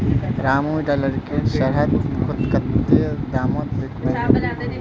रामू इटा लकड़ी शहरत कत्ते दामोत बिकबे